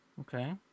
okay